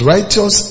Righteous